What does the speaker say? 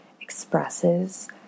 expresses